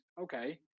okay